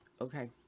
Okay